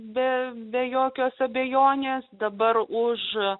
be jokios abejonės dabar už